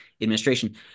administration